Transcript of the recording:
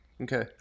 Okay